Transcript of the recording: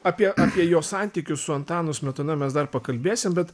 apie apie jo santykius su antanu smetona mes dar pakalbėsim bet